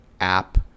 app